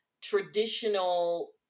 traditional